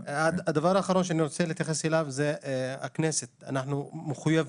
הדבר האחרון שאני רוצה להתייחס אליו זה הכנסת אנחנו מחויבים